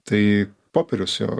tai popierius jo